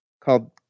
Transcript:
called